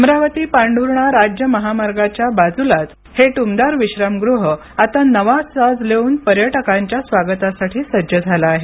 अमरावती पांढर्णा राज्य महामार्गाच्या बाजूलाचं हे ट्रमदार विश्रामगृह आता नवा साज लेवून पर्यटकांच्या स्वागतासाठी सज्ज झालं आहे